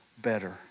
better